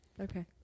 Okay